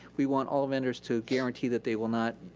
we want all vendors to guarantee that they will not